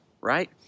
right